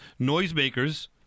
noisemakers